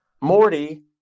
Morty